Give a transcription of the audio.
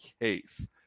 case